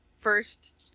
first